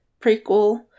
prequel